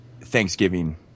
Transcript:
Thanksgiving